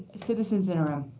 citizen's interim.